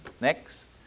Next